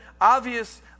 obvious